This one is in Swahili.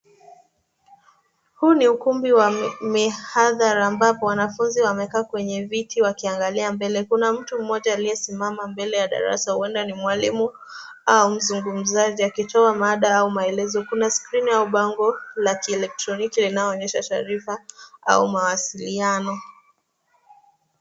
Huu ni ukumbi wa mihadhara, ambapo wanafunzi wamekaa kwenye viti wakiangalia mbele. Kuna mtu mmoja aliyesimama mbele ya darasa huenda ni mwalimu au mzungumzaji akitoa mada au maelezo. Kuna skrini au bango la kielektroniki linaloonyesha taarifa au mawasiliano.